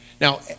Now